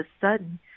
sudden